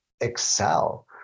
excel